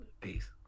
Peace